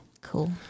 cool